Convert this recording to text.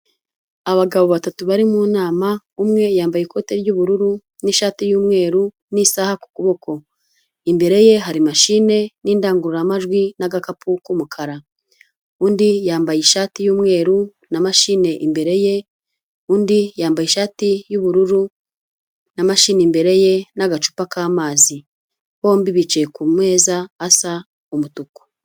Abagabo batatu bari mu nama, umwe yambaye ikote ry'ubururu n'ishati y'umweru n'isaha ku kuboko, imbere ye hari mashine n'indangururamajwi n'agakapu k'umukara, undi yambaye ishati y'umweru na mashine imbere ye, undi yambaye ishati y'ubururu na mashine imbere ye n'agacupa k'amazi, bombi bicaye ku meza asa umutuku.